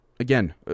Again